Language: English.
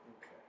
Okay